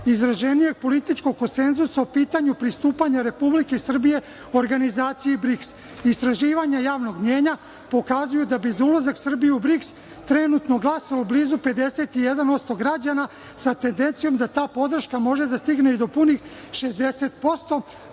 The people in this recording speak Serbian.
izraženijeg političkog konsenzusa o pitanju pristupanja Republike Srbije organizaciji BRIKS. Istraživanje javnog mnjenja pokazuju da bi za ulazak Srbije u BRIKS trenutno glasalo blizu 51% građana sa tendencijom da ta podrška može da stigne i do punih 60%,